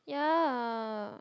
yeah